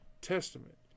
testament